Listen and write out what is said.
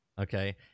okay